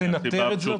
לנטר את זה?